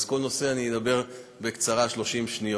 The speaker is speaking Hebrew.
אז על כל נושא אני אדבר בקצרה 30 שניות.